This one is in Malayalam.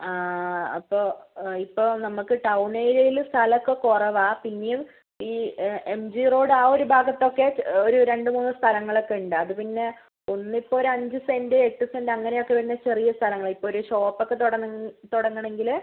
ആ അപ്പോൾ ഇപ്പോൾ നമുക്ക് ടൗൺ ഏരിയയിൽ സ്ഥലം ഒക്കെ കുറവാണ് പിന്നെയും ഈ എം ജി റോഡ് ആ ഒരു ഭാഗത്തൊക്കെ ഒരു രണ്ട് മൂന്ന് സ്ഥലങ്ങളൊക്കെ ഉണ്ട് അത് പിന്നെ ഒന്നിപ്പോൾ ഒരഞ്ച് സെൻറ്റ് എട്ട് സെൻറ്റ് അങ്ങനെയൊക്കെ വരുന്ന ചെറിയ സ്ഥലങ്ങളാണ് ഇപ്പോൾ ഒരു ഷോപ്പ് ഒക്കെ തുടങ്ങ് തുടങ്ങണമെങ്കിൽ